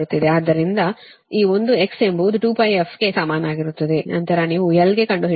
ಆದ್ದರಿಂದ ಮತ್ತು ಈ ಒಂದು X ಎಂಬುದು 2πf ಗೆ ಸಮನಾಗಿರುತ್ತದೆ ನಂತರ ನೀವು L ಗೆ ಕಂಡುಹಿಡಿಯುವುದು ಹೆಚ್ಚು ಆದ್ದರಿಂದ 52